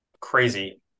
crazy